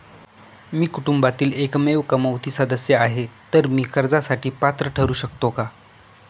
मी कुटुंबातील एकमेव कमावती सदस्य आहे, तर मी कर्जासाठी पात्र ठरु शकतो का?